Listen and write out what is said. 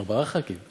ארבעה ח"כים.